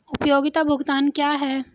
उपयोगिता भुगतान क्या हैं?